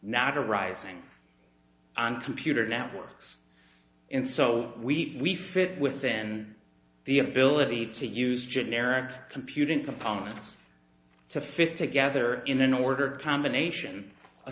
not a rising on computer networks and so we fit with then the ability to use generic computing components to fit together in an ordered combination a